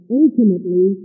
ultimately